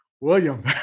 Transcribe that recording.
William